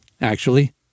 actually